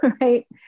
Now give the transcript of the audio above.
right